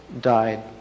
died